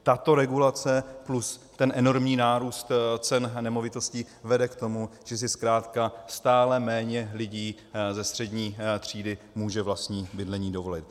Tato regulace plus ten enormní nárůst cen nemovitostí vede k tomu, že si zkrátka stále méně lidí ze střední třídy může vlastní bydlení dovolit.